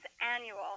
annual